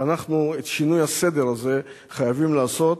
ואנחנו את שינוי הסדר הזה חייבים לעשות,